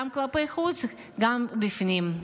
גם כלפי חוץ וגם בפנים.